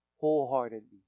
wholeheartedly